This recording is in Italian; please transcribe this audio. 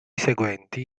seguenti